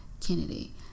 Kennedy